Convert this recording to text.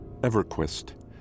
EverQuest